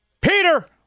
peter